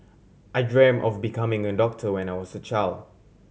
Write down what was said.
I dreamt of becoming a doctor when I was a child